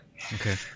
okay